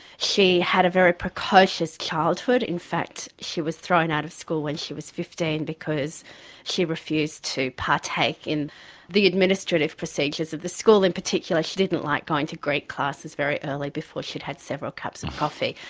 she had a very precocious childhood. in fact she was thrown out of school when she was fifteen because she refused to partake in the administrative procedures of the school and in particular she didn't like going to greek classes very early before she'd had several cups of coffee.